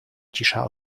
cisza